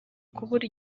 kubura